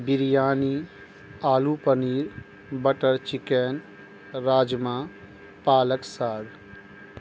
بریانی آلو paneer butter chicken rajma palak ساگ